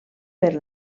per